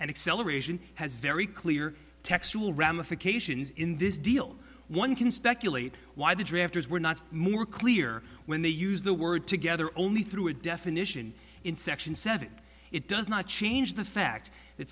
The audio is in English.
and acceleration has very clear textual ramifications in this deal one can speculate why the drafters were not more clear when they use the word together only through a definition in section seven it does not change the fact that